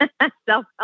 self-help